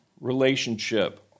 relationship